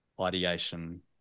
ideation